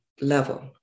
level